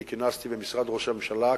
אני כינסתי במשרד ראש הממשלה,